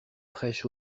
prêche